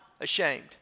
ashamed